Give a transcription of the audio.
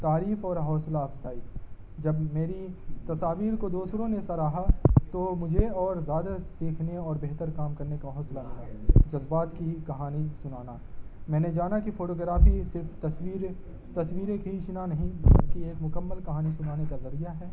تعریف اور حوصلہ افزائی جب میری تصاویر کو دوسروں نے سراہا تو مجھے اور زیادہ سیکھنے اور بہتر کام کرنے کا حوصلہ ملا جذبات کی کہانی سنانا میں نے جانا کہ فوٹو گرافی صرف تصویریں تصویریں کھینچنا نہیں بھی ایک مکمل کہانی سنانے کا ذریعہ ہے